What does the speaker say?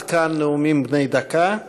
עד כאן נאומים בני דקה.